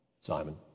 Simon